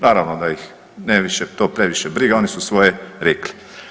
Naravno da ih nije to previše briga, oni su svoje rekli.